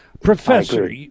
Professor